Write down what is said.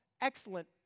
excellent